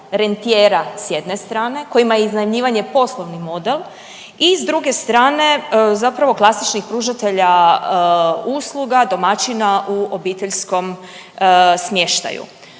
rentijera s jedne strane kojima je iznajmljivanje poslovni model i s druge strane zapravo klasičnih pružatelja usluga domaćina u obiteljskom smještaju.